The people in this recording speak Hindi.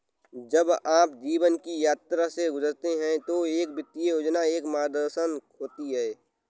जब आप जीवन की यात्रा से गुजरते हैं तो एक वित्तीय योजना एक मार्गदर्शन होती है